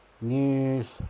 News